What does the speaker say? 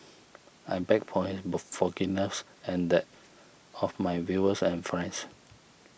I beg for his forgiveness and that of my viewers and friends